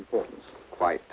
important quite